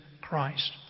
Christ